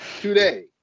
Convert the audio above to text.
today